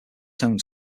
tone